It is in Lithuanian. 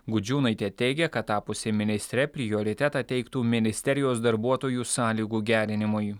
gudžiūnaitė teigia kad tapusi ministre prioritetą teiktų ministerijos darbuotojų sąlygų gerinimui